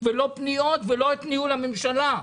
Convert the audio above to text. לא פניות ולא את ניהול הממשלה.